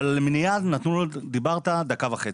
אבל על מניעה דיברת דקה וחצי.